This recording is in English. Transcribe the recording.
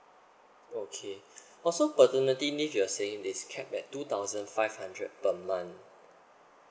okay also paternity leave you're saying is capped at two thousand five hundred per month